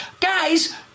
Guys